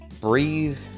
breathe